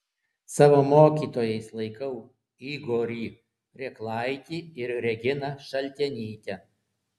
savo mokytojais laikau igorį reklaitį ir reginą šaltenytę